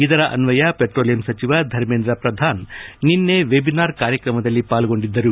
ಇದರ ಅನ್ವಯ ಪೆಟ್ರೋಲಿಯಂ ಸಚಿವ ಧರ್ಮೇಂದ್ರ ಪ್ರದಾನ್ ನಿನ್ನೆ ವೆಬಿನಾರ್ ಕಾರ್ಯಕ್ರಮದಲ್ಲಿ ಪಾಲ್ಗೊಂಡಿದ್ದರು